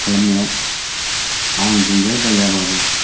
खालामनायाव आं गैबाय बायाबाबो